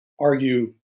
argue